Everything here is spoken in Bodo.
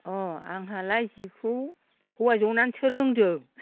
अ आंहालाय जिखौ हौवा ज'नानैसो रोंदों